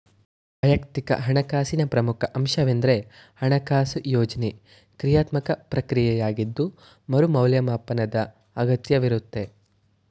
ವೈಯಕ್ತಿಕ ಹಣಕಾಸಿನ ಪ್ರಮುಖ ಅಂಶವೆಂದ್ರೆ ಹಣಕಾಸು ಯೋಜ್ನೆ ಕ್ರಿಯಾತ್ಮಕ ಪ್ರಕ್ರಿಯೆಯಾಗಿದ್ದು ಮರು ಮೌಲ್ಯಮಾಪನದ ಅಗತ್ಯವಿರುತ್ತೆ